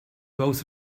rose